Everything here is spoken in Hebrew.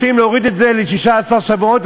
רוצים להוריד את זה ל-16 שבועות,